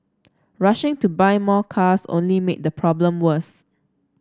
rushing to buy more cars only made the problem worse